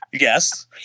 Yes